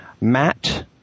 Matt